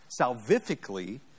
salvifically